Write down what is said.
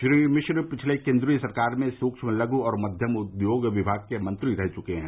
श्री मिश्र पिछली केन्द्रीय सरकार में सूक्ष्म लघु और मध्यम उद्यम विभाग के मंत्री रह चुके हैं